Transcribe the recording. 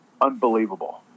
unbelievable